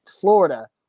Florida